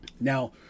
Now